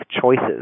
choices